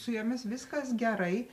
su jomis viskas gerai